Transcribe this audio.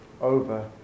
over